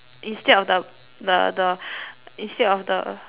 instead of the the the instead of the